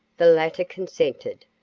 the latter consented,